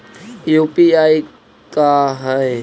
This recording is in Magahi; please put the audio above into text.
यु.पी.आई का है?